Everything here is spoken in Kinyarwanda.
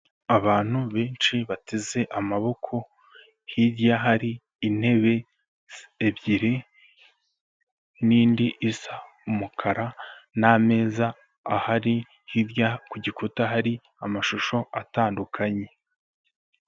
Abantu benshi bateze amaboko, hirya hari intebe ebyiri n'indi isa umukara n'ameza ahari, hirya ku gikuta hari amashusho atandukanye.